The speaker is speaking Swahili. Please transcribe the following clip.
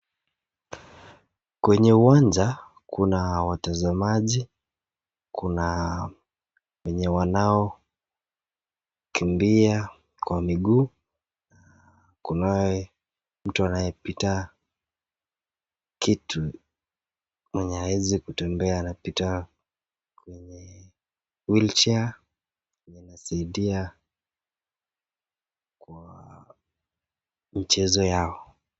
Kwenye uwanja, kuna watazamaji kuna wenye wanao kimbia kwa miguu, kunae mtu anayepita kitu mwenye hawezi kutembea napita wheelchair kusaidia mchezo yao.